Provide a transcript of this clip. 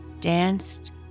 danced